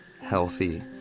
healthy